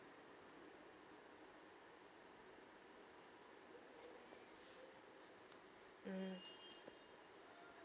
mm